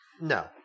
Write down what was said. No